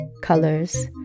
colors